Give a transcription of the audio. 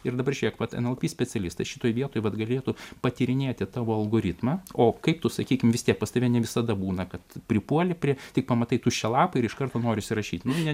ir dabar žiūrėk vat nlp specialistai šitoj vietoj vat galėtų patyrinėti tavo algoritmą o kaip tu sakykim vis tiek pas tave visada būna kad pripuoli prie tik pamatai tuščią lapą ir iš karto norisi rašyti ne